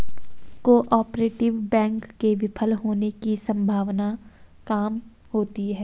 cooperative bank के विफल होने की सम्भावना काम होती है